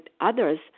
others